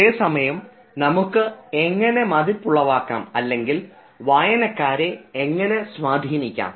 അതേസമയം നമുക്ക് എങ്ങനെ മതിപ്പുളവാക്കം അല്ലെങ്കിൽ വായനക്കാരെ എങ്ങനെ സ്വാധീനിക്കാം